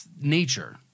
nature